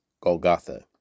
Golgotha